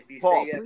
Paul